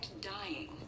dying